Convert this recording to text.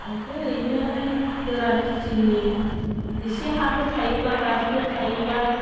ओमफ्राय ओरैनो गोरान खेथिनि इसे हाफोर थायोबा बारिफोर थायोबा